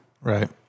Right